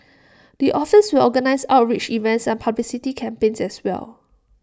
the office will organise outreach events and publicity campaigns as well